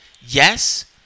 yes